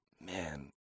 Man